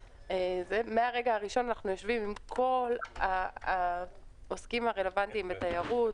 מהרגע הראשון אנחנו יושבים עם כל העוסקים הרלוונטיים בתיירות,